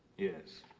yes.